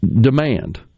demand